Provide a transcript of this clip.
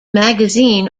magazine